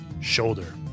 shoulder